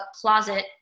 closet